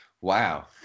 Wow